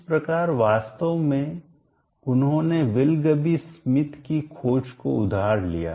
इस प्रकार वास्तव में उन्होंने विलगबी स्मिथ की खोज को उधार लिया